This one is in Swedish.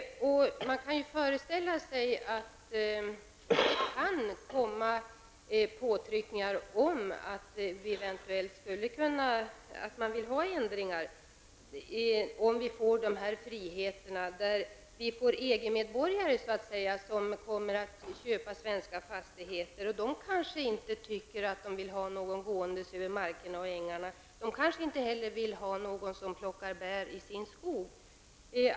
Man kan föreställa sig att det kan komma påtryckningar om ändringar om vi får dessa friheter. EG-medborgare kommer att köpa svenska fastigheter, och de kanske inte anser att de vill ha någon människa gående över marker och ängar. De kanske inte heller vill ha någon som plockar bär i deras skog.